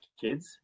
kids